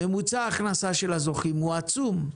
ממוצע הכנסה של הזוכים הוא עצום,